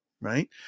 Right